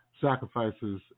sacrifices